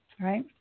right